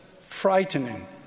frightening